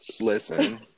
Listen